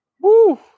Woo